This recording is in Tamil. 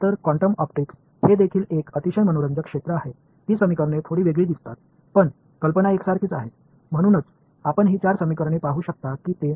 எனவே குவாண்டம் ஆப்டிக்ஸ் மிகவும் சுவாரஸ்யமான துறையாகும் அந்த சமன்பாடுகள் கொஞ்சம் வித்தியாசமாகத் தெரிகின்றன ஆனால் யோசனை ஒன்றே